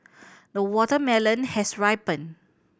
the watermelon has ripened